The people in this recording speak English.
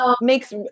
makes